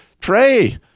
Trey